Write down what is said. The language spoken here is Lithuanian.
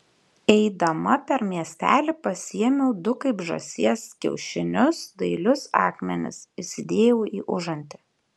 eidama per miestelį pasiėmiau du kaip žąsies kiaušinius dailius akmenis įsidėjau į užantį